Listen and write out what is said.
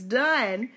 done